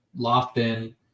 Lofton